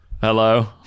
Hello